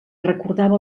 recordava